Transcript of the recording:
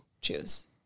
choose